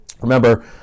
Remember